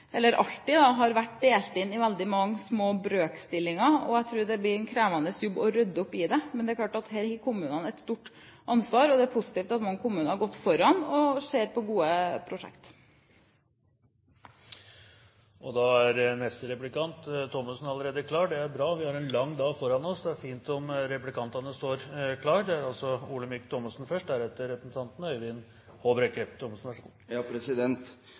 alltid har vært delt inn i veldig mange små brøkstillinger. Jeg tror det blir en krevende jobb å rydde opp i det, men her har kommunene et stort ansvar, og det er positivt at mange kommuner har gått foran og ser på gode prosjekter. Da er neste replikant, Thommessen, allerede klar. Det er bra, for vi har en lang dag foran oss, og det er fint om replikantene står